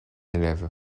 élève